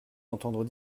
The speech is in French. entendre